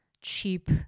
cheap